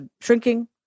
shrinking